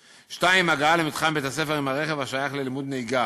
2. הגעה למתחם בית-הספר עם הרכב ללימוד נהיגה